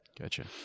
gotcha